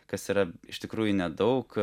kas yra iš tikrųjų nedaug